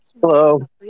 Hello